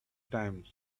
times